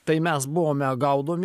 tai mes buvome gaudomi